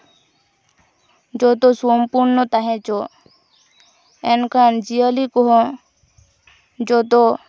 ᱡᱚᱛᱚ ᱥᱚᱢᱯᱚᱱᱱᱚ ᱛᱟᱦᱮᱸ ᱦᱚᱪᱚᱜ ᱮᱱᱠᱷᱟᱱ ᱡᱤᱭᱟᱹᱞᱤ ᱠᱚᱦᱚᱸ ᱡᱚᱛᱚ